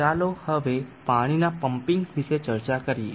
ચાલો હવે પાણીના પમ્પિંગ વિશે ચર્ચા કરીએ